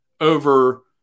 over